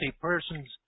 person's